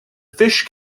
fish